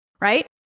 right